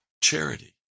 charity